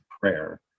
prayer